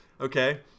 okay